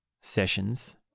sessions